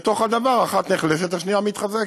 לתוך הדבר, אחת נחלשת, השנייה מתחזקת.